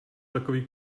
takový